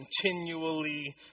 continually